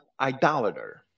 idolater